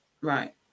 right